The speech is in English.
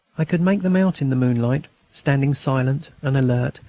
i could make them out in the moonlight, standing silent and alert,